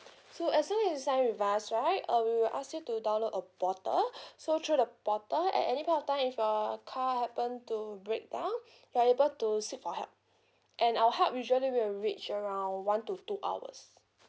so as long as you sign with us right uh we will ask you to download a portal so through the portal at any point of time if your car happen to breakdown you are able to seek for help and our help usually will reach around one to two hours